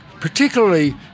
particularly